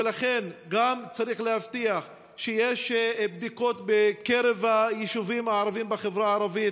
ולכן צריך גם להבטיח שיש בדיקות בקרב היישובים הערביים בחברה הערבית,